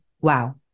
wow